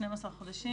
12 חודשים.